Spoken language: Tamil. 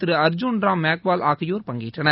திரு அர்ஜூன் ராம் மேக்வால் ஆகியோர் பங்கேற்றனர்